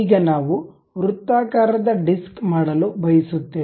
ಈಗ ನಾವು ವೃತ್ತಾಕಾರದ ಡಿಸ್ಕ್ ಮಾಡಲು ಬಯಸುತ್ತೇವೆ